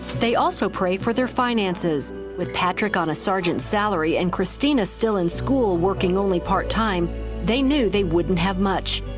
they also pray for their finances. with patrick on a sergeant's salary, and christina still in school, working part-time, they knew they wouldn't have much.